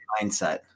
mindset